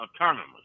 autonomous